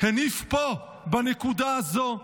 הניף פה, בנקודה הזאת,